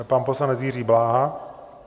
Pan poslanec Jiří Bláha.